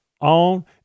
on